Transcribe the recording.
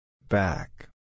Back